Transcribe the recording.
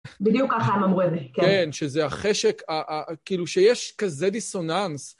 בדיוק ככה הם אמרו את זה. כן, שזה החשק, כאילו שיש כזה דיסוננס.